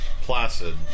Placid